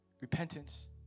Repentance